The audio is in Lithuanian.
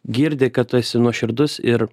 girdi kad tu esi nuoširdus ir